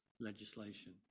legislation